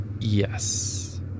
Yes